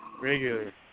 Regular